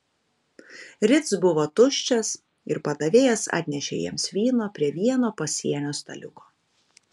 ritz buvo tuščias ir padavėjas atnešė jiems vyno prie vieno pasienio staliuko